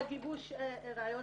לשם חקר האמת בין אם יהיה גיבוש ראיות